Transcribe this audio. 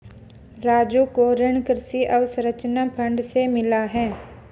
राजू को ऋण कृषि अवसंरचना फंड से मिला है